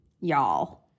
y'all